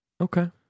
Okay